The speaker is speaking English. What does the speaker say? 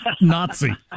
Nazi